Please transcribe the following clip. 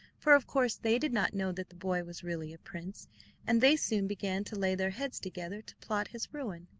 for of course they did not know that the boy was really a prince and they soon began to lay their heads together to plot his ruin.